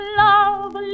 love